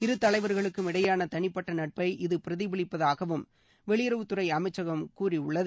இரு தலைவர்களுக்கும் இடையேயான தனிப்பட்ட நட்பை இது பிரதிபலிப்பதாகவும் வெளியுறவுத்துறை அமைச்சகம் கூறியுள்ளது